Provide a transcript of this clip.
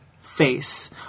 face